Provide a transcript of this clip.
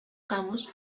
camus